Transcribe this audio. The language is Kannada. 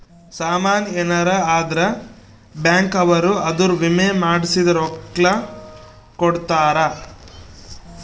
ಸಾಮನ್ ಯೆನರ ಅದ್ರ ಬ್ಯಾಂಕ್ ಅವ್ರು ಅದುರ್ ವಿಮೆ ಮಾಡ್ಸಿದ್ ರೊಕ್ಲ ಕೋಡ್ತಾರ